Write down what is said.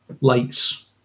lights